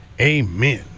Amen